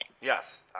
Yes